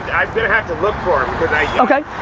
gonna have to look for